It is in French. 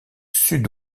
sud